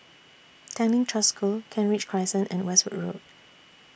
Tanglin Trust School Kent Ridge Crescent and Westwood Road